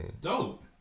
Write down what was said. Dope